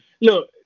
Look